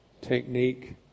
technique